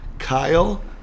Kyle